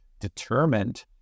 determined